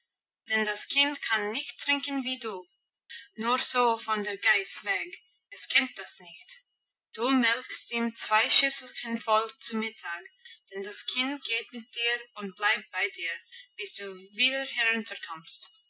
denn das kind kann nicht trinken wie du nur so von der geiß weg es kennt das nicht du melkst ihm zwei schüsselchen voll zu mittag denn das kind geht mit dir und bleibt bei dir bis du wieder herunterkommst